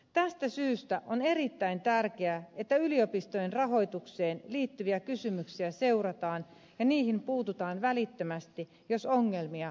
tästä syystä on erittäin tärkeää että yliopistojen rahoitukseen liittyviä kysymyksiä seurataan ja niihin puututaan välittömästi jos ongelmia syntyy